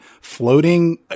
floating